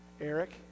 Eric